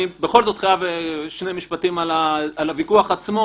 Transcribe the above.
אני בכל זאת חייב שני משפטים על הוויכוח עצמו.